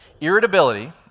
Irritability